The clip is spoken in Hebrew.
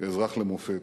אזרח למופת.